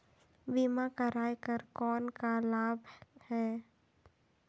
बीमा कराय कर कौन का लाभ है?